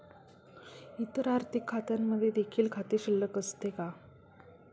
इतर आर्थिक खात्यांमध्ये देखील खाते शिल्लक असते का?